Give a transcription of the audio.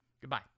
Goodbye